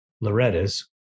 Loretta's